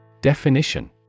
Definition